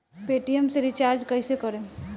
Paytm से recharge कईसे करम?